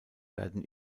werden